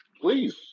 Please